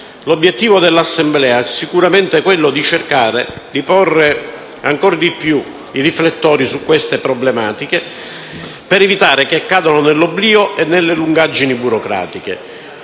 L'obiettivo dell'Assemblea è sicuramente quello di cercare di porre, ancora di più, i riflettori su tali problematiche, per evitare che cadano nell'oblio e nelle lungaggini burocratiche.